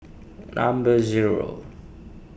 number zero